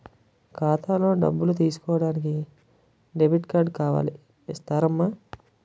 ఖాతాలో డబ్బులు తీసుకోడానికి డెబిట్ కార్డు కావాలి ఇస్తారమ్మా